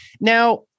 Now